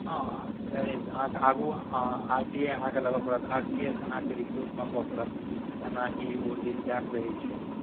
हँ ताहिसे अहाँके आगू आर टी आइ अहाँके लेबऽ पड़त आर टी आइ से अहाँके रिपोर्ट मँगबऽ पड़त एना ई ओ दिस दैट रहै छै